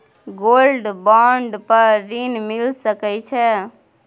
Gold bond पर ऋण मिल सके छै?